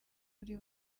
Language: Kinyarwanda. kuri